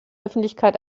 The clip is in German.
öffentlichkeit